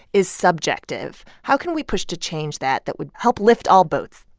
is subjective. how can we push to change that that would help lift all boats?